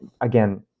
again